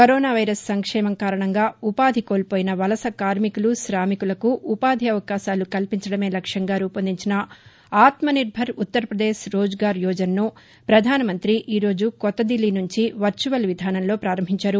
corona సంక్షోమం కారణంగా ఉపాధి కోల్పోయిన వలస కార్మికులు కామికులకు ఉపాధి అవకాశాలు కల్పించదమే లక్ష్యంగా రూపొందించిన ఆత్మ నిర్బర్ ఉత్తర్ పదేశ్ రోజ్ గార్ యోజనను పధానమంత్రి ఈ రోజు కొత్తదిల్లీ నుంచి వర్చువల్ విధానంలో ప్రారంభించారు